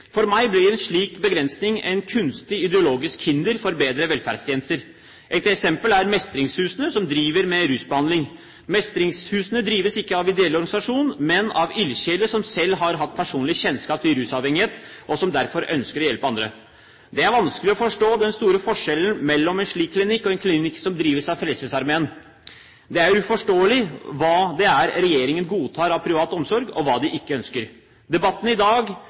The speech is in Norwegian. For meg blir en slik begrensning et kunstig ideologisk hinder for bedre velferdstjenester. Et eksempel er Mestringshusene, som driver med rusbehandling. Mestringshusene drives ikke av en ideell organisasjon, men av ildsjeler som selv har hatt personlig kjennskap til rusavhengighet, og som derfor ønsker å hjelpe andre. Det er vanskelig å forstå den store forskjellen mellom en slik klinikk og en klinikk som drives av Frelsesarmeen. Det er uforståelig hvilken privat omsorg regjeringen godtar, og hvilken de ikke ønsker. Debatten i dag